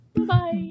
bye